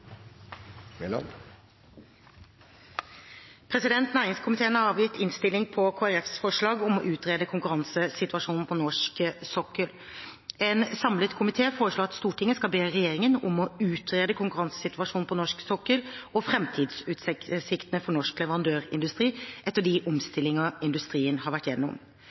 Næringskomiteen har avgitt innstilling på Kristelig Folkepartis forslag om å utrede konkurransesituasjonen på norsk sokkel. En samlet komité foreslår at Stortinget skal be regjeringen om å utrede konkurransesituasjonen på norsk sokkel og framtidsutsiktene for norsk leverandørindustri etter de omstillingene industrien har vært